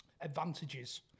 advantages